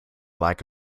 lack